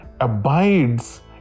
abides